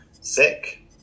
sick